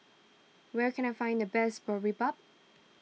where can I find the best Boribap